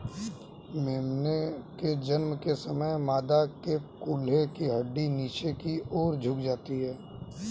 मेमने के जन्म के समय मादा के कूल्हे की हड्डी नीचे की और झुक जाती है